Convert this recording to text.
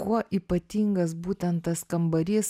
kuo ypatingas būtent tas kambarys